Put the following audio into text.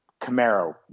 Camaro